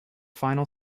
final